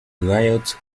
riots